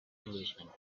englishman